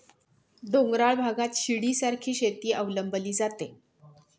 डोंगराळ भागात शिडीसारखी शेती अवलंबली जाते